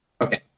okay